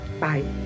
Bye